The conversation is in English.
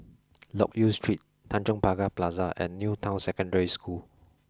Loke Yew Street Tanjong Pagar Plaza and New Town Secondary School